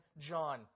John